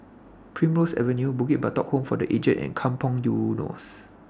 Primrose Avenue Bukit Batok Home For The Aged and Kampong Eunos